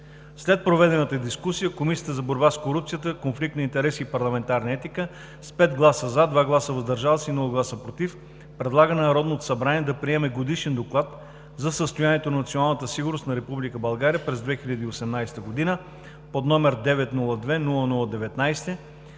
След проведената дискусия Комисията за борба с корупцията, конфликт на интереси и парламентарна етика: с 5 гласа „за“; 2 гласа „въздържал се“ и без гласове „против“, предлага на Народното събрание да приеме Годишен доклад за състоянието на националната сигурност на Република България през 2018